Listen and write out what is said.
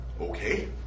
Okay